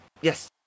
yes